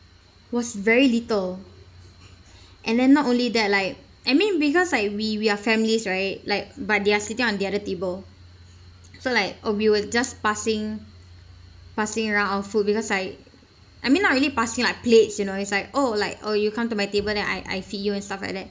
was very little and then not only that like I mean because like we we are families right like but they are sitting on the other table so like oh we will just passing passing around our food because like I mean not really passing like plates you know it's like oh like oh you come to my table then I I feed you and stuff like that